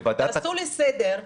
אז תעשו לי סדר,